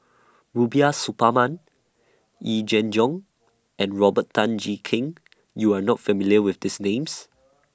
Rubiah Suparman Yee Jenn Jong and Robert Tan Jee Keng YOU Are not familiar with These Names